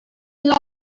been